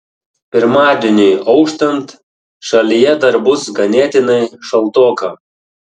pirmadieniui auštant šalyje dar bus ganėtinai šaltoka